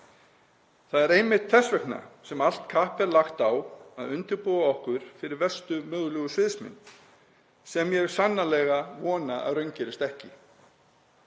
Það er einmitt þess vegna sem allt kapp er lagt á að undirbúa okkur fyrir verstu mögulegu sviðsmynd, sem ég vona sannarlega að raungerist ekki.